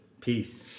Peace